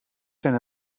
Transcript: zijn